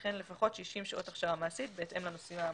וכן לפחות 60 שעות הכשרה מעשית בהתאם לנושאים האמורים.